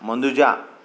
मनुजा